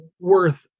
worth